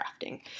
crafting